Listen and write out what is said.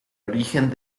origen